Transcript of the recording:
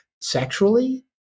Sexually